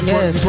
Yes